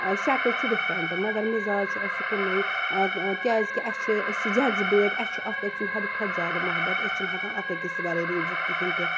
شکٕل چھِ ڈِفرَنٹ مَگَر مِزاز چھُ اَسہِ کُنُے کیازکہِ اَسہِ چھُ أسۍ چھِ جَزبٲتۍ اَسہِ چھُ اکھ أکۍ سُنٛد حَدٕ کھۄتہٕ زیادٕ محبَت أسۍ چھِنہٕ ہیٚکان اکھ أکِس وَرٲے روٗزِتھ کِہیٖنۍ تہِ